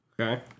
Okay